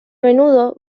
menudo